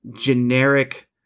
generic